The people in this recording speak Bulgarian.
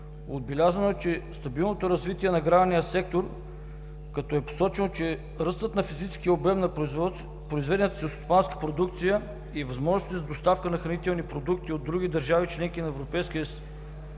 Отбелязано е стабилното развитие на аграрния отрасъл, като е посочено, че ръстът на физическия обем на произведената селскостопанска продукция и възможностите за доставка на хранителни продукти от други държави-членки на Европейския съюз,